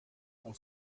com